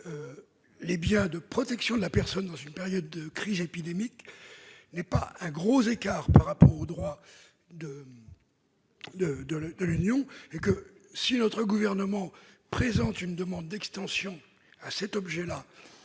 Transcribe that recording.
aux biens de protection de la personne dans une période de crise épidémique ne constituerait pas un gros écart par rapport au droit de l'Union européenne. Et si le Gouvernement présente une demande d'extension à cet objet